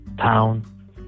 town